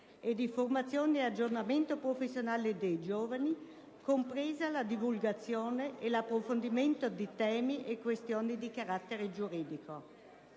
e di formazione ed aggiornamento professionale dei giovani, compresa la divulgazione e l'approfondimento di temi e questioni di carattere giuridico.